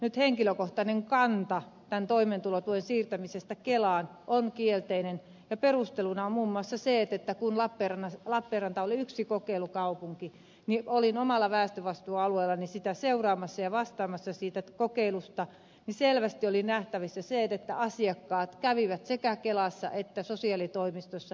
nyt henkilökohtainen kantani toimeentulotuen siirtämisestä kelaan on kielteinen ja perusteluna on muun muassa se että kun lappeenranta oli yksi kokeilukaupunki niin kun olin omalla väestövastuualueellani sitä seuraamassa ja vastaamassa siitä kokeilusta niin selvästi oli nähtävissä se että asiakkaat kävivät sekä kelassa että sosiaalitoimistossa